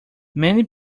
many